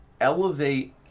elevate